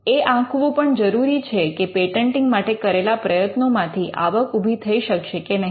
એ આંકવું પણ જરૂરી છે કે પેટન્ટિંગ માટે કરેલા પ્રયત્નોમાંથી આવક ઉભી થઈ શકશે કે નહીં